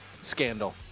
scandal